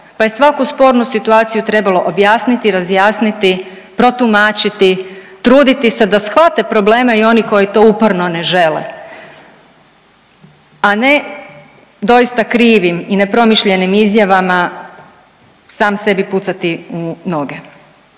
pa je svaku spornu situaciju trebalo objasniti i razjasniti, protumačiti, truditi se da shvate probleme i oni koji to uporno ne žele, a ne doista krivim i nepromišljenim izjavama sam sebi pucati u noge.